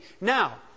Now